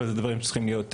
ואלה דברים שצריכים להיות,